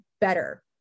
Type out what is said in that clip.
better